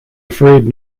afraid